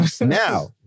now